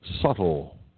subtle